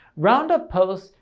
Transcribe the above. roundup post,